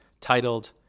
titled